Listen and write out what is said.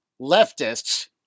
leftists